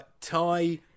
tie